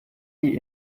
die